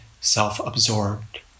self-absorbed